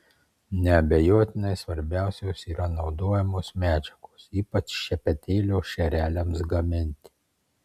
neabejotinai svarbiausios yra naudojamos medžiagos ypač šepetėlio šereliams gaminti